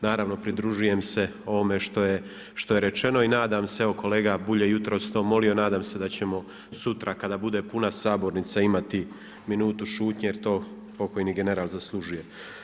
Naravno pridružujem se ovome što je rečeno i nadam se evo kolega Bulj je to jutros molio, nadam se da ćemo sutra kada bude puna sabornica imati minutu šutnje jer to pokojni general zaslužuje.